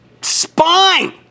spine